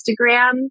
Instagram